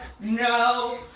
no